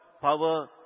power